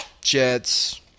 jets